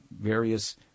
various